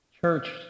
church